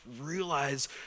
realize